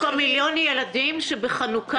יש מיליון ילדים שבחנוכה,